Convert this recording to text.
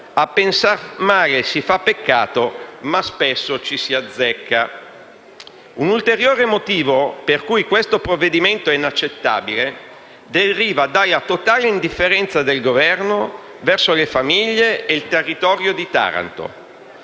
«A pensar male si fa peccato, ma spesso ci si azzecca». Un ulteriore motivo per cui questo provvedimento è inaccettabile deriva dalla totale indifferenza del Governo verso le famiglie e il territorio di Taranto.